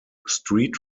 street